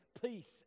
peace